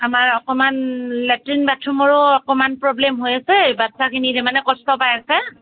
আমাৰ অকণমান লেট্ৰিন বাথৰুমৰো অকণমান প্ৰ'ব্লেম হৈ আছে বাচ্চাখিনি তাৰমানে কষ্ট পাই আছে